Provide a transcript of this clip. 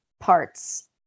parts